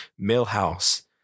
Millhouse